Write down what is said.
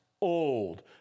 old